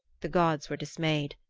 the gods were dismayed.